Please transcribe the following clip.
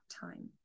time